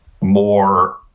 more